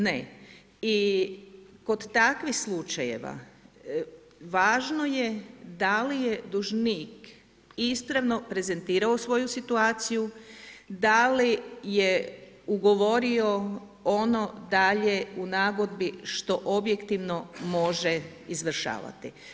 Ne, i kod takvih slučajeva važno je da li je dužnik ispravno prezentirao svoju situaciju, da li je ugovorio ono dalje u nagodbi što objektivno može izvršavati.